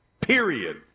period